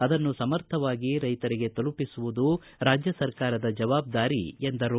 ಅದನ್ನು ಸಮರ್ಥವಾಗಿ ರೈತರಿಗೆ ತಲುಪಿಸುವುದು ರಾಜ್ಯ ಸರ್ಕಾರದ ಜವಾಬ್ದಾರಿ ಎಂದರು